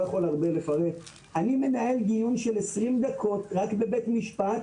יכול הרבה לפרט אני מנהל דיון של 20 דקות בבית משפט